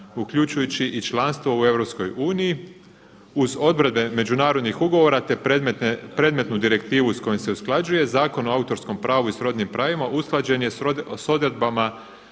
uključujući i članstvo u EU uz odredbe međunarodnih ugovora, te predmetnu direktivu s kojom se usklađuje. Zakon o autorskom pravu i srodnim pravima usklađen je sa odredbama